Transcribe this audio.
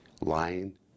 lying